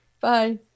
Bye